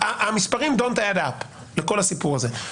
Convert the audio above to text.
המספרים don’t tied up לכל הסיפור הזה.